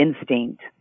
instinct